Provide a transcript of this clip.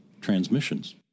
transmissions